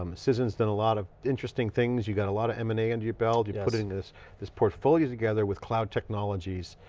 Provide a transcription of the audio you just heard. um cision's done a lot of interesting things. you've got a lot of m and a under and your belt. you're putting this this portfolio together with cloud technologies.